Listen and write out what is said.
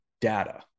data